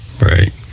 Right